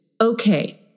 Okay